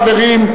חברים,